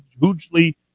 hugely